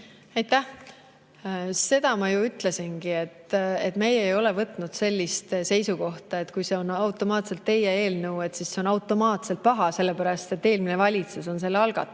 Aitäh! Seda ma ju ütlesingi, et meie ei ole võtnud sellist seisukohta, et kui see on teie eelnõu, siis see on automaatselt paha, sellepärast et eelmine valitsus on selle algatanud.